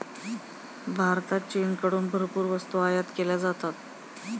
भारतात चीनकडून भरपूर वस्तू आयात केल्या जातात